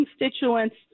constituents